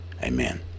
Amen